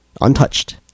Untouched